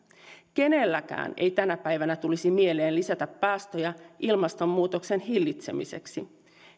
kenellekään ei tänä päivänä tulisi mieleen lisätä päästöjä ilmastonmuutoksen hillitsemiseksi